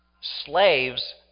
Slaves